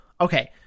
okay